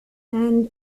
and